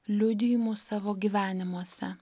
liudijimu savo gyvenimuose